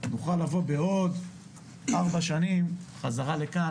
נוכח לבוא בעוד ארבע שנים חזרה לכאן,